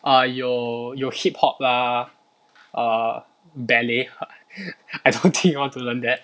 err 有有 hip hop lah err ballet I don't think you want to learn that